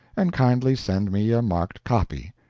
and kindly send me a marked copy.